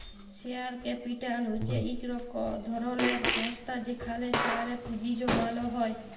share capital হছে ইক ধরলের সংস্থা যেখালে শেয়ারে পুঁজি জ্যমালো হ্যয়